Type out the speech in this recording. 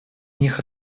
них